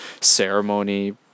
ceremony